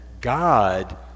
God